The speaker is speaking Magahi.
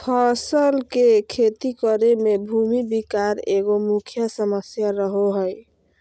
फसल के खेती करे में भूमि विकार एगो मुख्य समस्या रहो हइ